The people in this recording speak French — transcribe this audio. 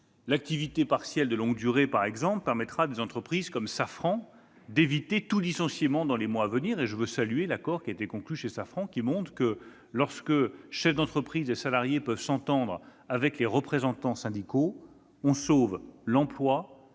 l'activité partielle de longue durée, par exemple, permettra à des entreprises comme Safran d'éviter tout licenciement dans les mois à venir. Je salue d'ailleurs l'accord qui a été conclu chez Safran ; il montre que, lorsque chefs d'entreprise et salariés peuvent s'entendre avec les représentants syndicaux, on sauve l'emploi